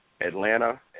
Atlanta